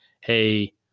hey